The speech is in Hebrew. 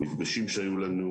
המפגשים שהיו לנו,